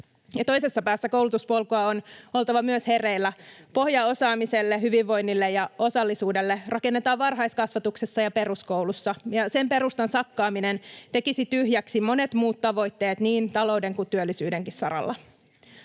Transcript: toisessa päässä koulutuspolkua on oltava hereillä. Pohja osaamiselle, hyvinvoinnille ja osallisuudelle rakennetaan varhaiskasvatuksessa ja peruskoulussa. Sen perustan sakkaaminen tekisi tyhjäksi monet muut tavoitteet niin talouden kuin työllisyydenkin saralla.